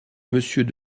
monsieur